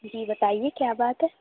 جی بتائیے کیا بات ہے